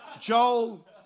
Joel